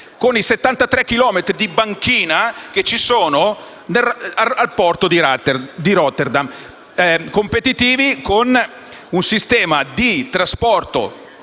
con i 73 chilometri di banchina che ci sono al porto di Rotterdam, ovvero con un sistema di trasporto